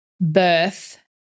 birth